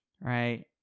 Right